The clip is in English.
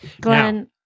Glenn